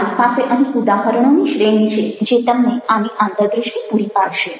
મારી પાસે અહીં ઉદાહરણોની શ્રેણી છે જે તમને આની આંતરદ્રષ્ટિ પૂરી પાડશે